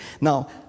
Now